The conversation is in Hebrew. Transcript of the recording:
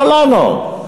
לא לנו.